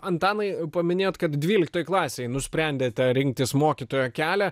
antanai paminėjot kad dvyliktoj klasėj nusprendėte rinktis mokytojo kelią